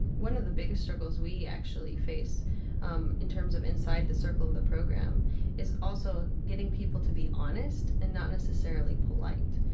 one of the biggest struggles we actually faced um in terms of inside the circle of the program is also getting people to be honest and not necessarily polite.